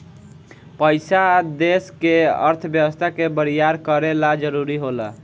पइसा देश के अर्थव्यवस्था के बरियार करे ला जरुरी होला